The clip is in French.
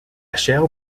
chaire